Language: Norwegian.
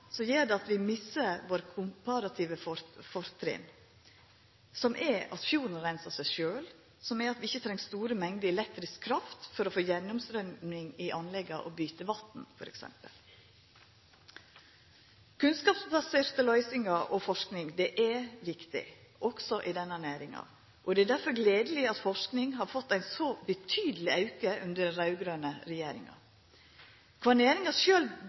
vi vårt komparative fortrinn, som er at fjorden reinsar seg sjølv, og at vi ikkje treng store mengder elektrisk kraft for å få gjennomstrøyming i anlegga og for å byta vatn, f.eks. Kunnskapsbaserte løysingar og forsking er viktig også i denne næringa. Det er derfor gledeleg at forsking har fått ein så betydeleg auke under den raud-grøne regjeringa. Kva